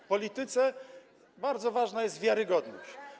W polityce bardzo ważna jest wiarygodność.